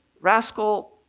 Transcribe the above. Rascal